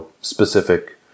specific